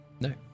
no